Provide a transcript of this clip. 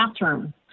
bathroom